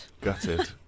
Gutted